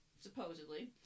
supposedly